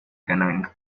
ghana